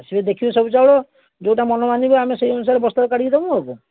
ଆସିବେ ଦେଖିବେ ସବୁ ଚାଉଳ ଯେଉଁଟା ମନ ମାନିବ ଆମେ ସେଇ ଅନୁସାରେ ବସ୍ତାରୁ କାଢ଼ିକି ଦେବୁ ଆଉ କ'ଣ